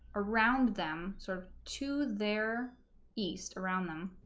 around them sort of to their east around them